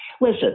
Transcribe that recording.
Listen